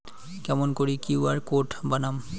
কেমন করি QR code বানাম?